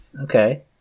Okay